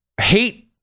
hate